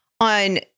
on